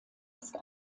ist